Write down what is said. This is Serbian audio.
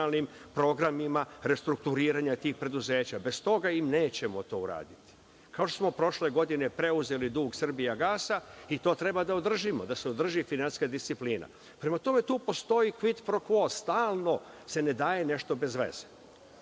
racionalnim programima restrukturiranja tih preduzeća. Bez toga im nećemo to uraditi. Kao što smo prošle godine preuzeli dug „Srbijagasa“ i to treba da održimo, da se održi finansijska disciplina. Prema tome, tu postoji kvid pro kvo, stalno se ne daje nešto bezveze.